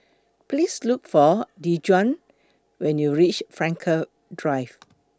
Please Look For Dejuan when YOU REACH Frankel Drive